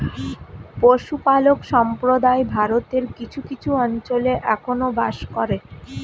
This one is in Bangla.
পশুপালক সম্প্রদায় ভারতের কিছু কিছু অঞ্চলে এখনো বাস করে